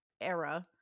era